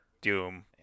Doom